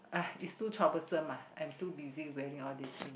uh it's too troublesome ah I'm too busy wearing all these thing